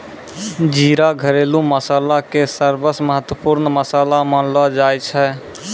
जीरा घरेलू मसाला के सबसॅ महत्वपूर्ण मसाला मानलो जाय छै